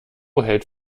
hält